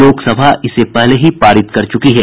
लोकसभा इसे पहले ही पारित कर चुकी है